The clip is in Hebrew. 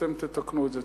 ואתם תתקנו את זה.